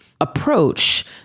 approach